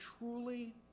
truly